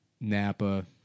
Napa